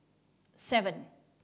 seven